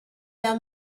down